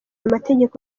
amategeko